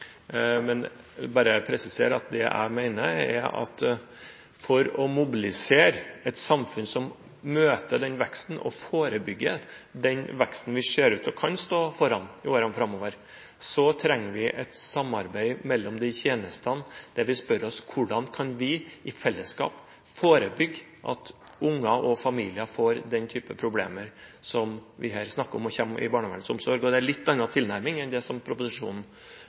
Men jeg vil presisere at jeg mener at for å mobilisere et samfunn som kan møte og forebygge den veksten som det ser ut til at vi kan stå foran i årene framover, trenger vi et samarbeid mellom tjenestene, der vi spør oss hvordan vi i fellesskap kan forebygge at unger og familier får den typen problemer som vi her snakker om, og kommer under barnevernets omsorg. Det er en litt annen tilnærming enn det samarbeidet proposisjonen